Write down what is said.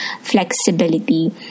flexibility